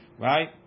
right